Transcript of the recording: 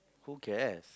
who cares